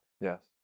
Yes